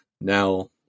now